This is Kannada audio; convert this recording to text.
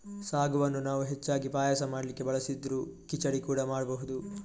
ಸಾಗುವನ್ನ ನಾವು ಹೆಚ್ಚಾಗಿ ಪಾಯಸ ಮಾಡ್ಲಿಕ್ಕೆ ಬಳಸಿದ್ರೂ ಖಿಚಡಿ ಕೂಡಾ ಮಾಡ್ಬಹುದು